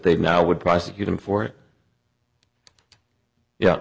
they've now would prosecute him for it yeah